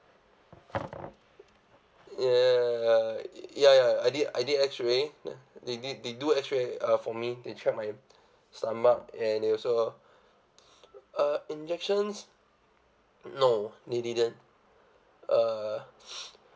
uh ya ya I did I did X ray they did they do X ray uh for me they check my stomach and they also uh injections no they didn't uh